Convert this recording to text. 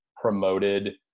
promoted